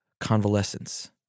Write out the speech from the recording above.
Convalescence